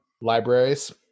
Libraries